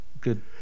good